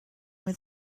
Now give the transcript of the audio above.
with